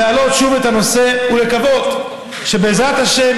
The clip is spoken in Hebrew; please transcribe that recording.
להעלות שוב את הנושא לסדר-היום ולקוות שבעזרת השם,